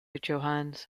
johannes